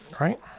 right